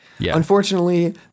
Unfortunately